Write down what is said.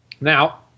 Now